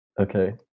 Okay